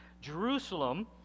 Jerusalem